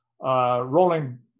rolling